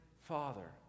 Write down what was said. father